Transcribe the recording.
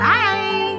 Bye